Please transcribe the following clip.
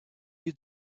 you